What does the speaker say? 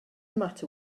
matter